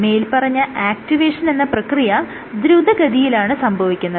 മേല്പറഞ്ഞ ആക്റ്റിവേഷൻ എന്ന പ്രക്രിയ ദ്രുതഗതിയിലാണ് സംഭവിക്കുന്നത്